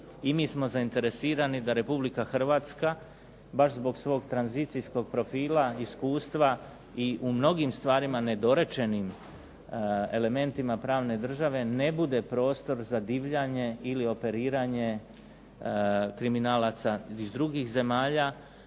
i mi smo zainteresirani da Republika Hrvatska baš zbog svog tranzicijskog profila, iskustva, i u mnogim stvarima nedorečenim elementima pravne države ne bude prostor za divljanje ili operiranje kriminalaca iz drugih zemalja,